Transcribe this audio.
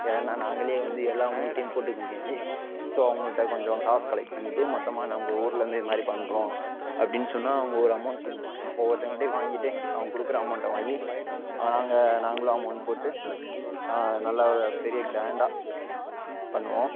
ஏன்னால் நாங்களே வந்து எல்லா அமௌண்ட்டையும் போட்டுக்க முடியாது ஸோ அவங்கள்ட கொஞ்சம் காசு கலெக்ட் பண்ணிகிட்டு மொத்தமாக நம்ம ஊரில் இருந்து இது மாதிரி பண்ணுறோம் அப்படினு சொன்னால் அவங்க ஒரு அமௌண்ட் கொடுப்பாங்க ஒவ்வொருத்தங்கள்டையும் வாங்கிட்டு அவங்க கொடுக்குற அமௌண்டை வாங்கி நாங்கள் நாங்களும் அமௌண்ட் போட்டு நல்லா பெரிய க்ராண்டாக பண்ணுவோம்